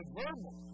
verbal